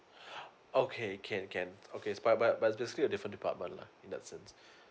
okay can can okay it's but but but it's basically a different department lah in that sense